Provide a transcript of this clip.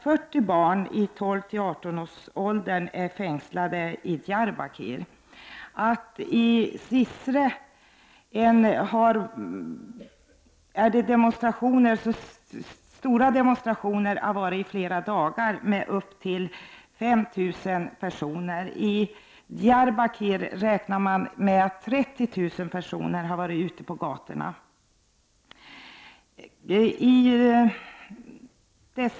40 barn i 12-18-årsåldern är fängslade i Diyarbakir. Och i Zizre har det pågått stora demonstrationer med upp till 5 000 personer i flera dagar. Man räknar med att 30 000 personer har varit ute på gatorna i Diyarbakir.